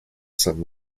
some